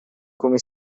come